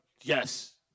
yes